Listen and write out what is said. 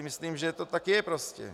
Myslím si, že to tak je, prostě.